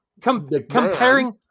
Comparing